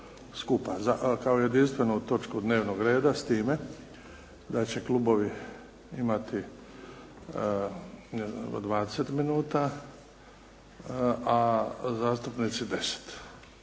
kao jedinstvenu točku dnevnog reda. S time da će klubovi imati po 20 minuta, a zastupnici 10.